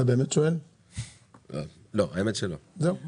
איפה החוץ-בנקאיים,